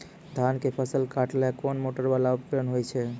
धान के फसल काटैले कोन मोटरवाला उपकरण होय छै?